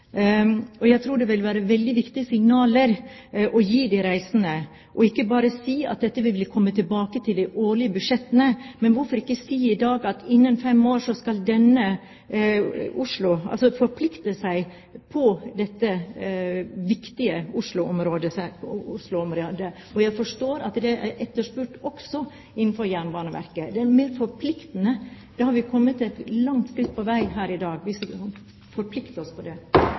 Jeg tror det ville være veldig viktige signaler å gi de reisende, og ikke bare si at dette vil vi komme tilbake til i de årlige budsjettene. Men hvorfor ikke si i dag at innen fem år skal man forplikte seg på dette viktige Oslo-området? Jeg forstår at det er etterspurt også innenfor Jernbaneverket, nemlig at det skal være forpliktende. Vi hadde kommet et langt skritt på vei pr. i dag, hvis vi forpliktet oss til det.